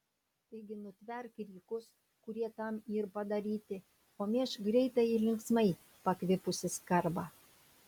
taigi nutverk rykus kurie tam yr padaryti o mėžk greitai ir linksmai pakvipusį skarbą